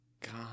god